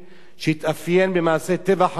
שהתאפיין במעשי טבח המוניים,